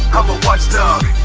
i'm a watchdog